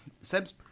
Seb's